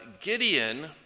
Gideon